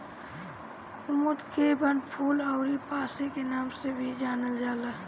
कुमुद के वनफूल अउरी पांसे के नाम से भी जानल जाला